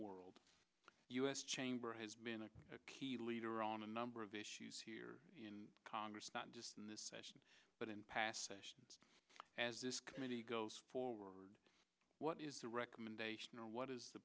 world u s chamber has been a key leader on a number of issues here in congress not just in this session but in past as this committee goes forward what is the recommendation or what is the